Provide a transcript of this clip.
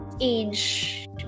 age